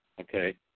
Okay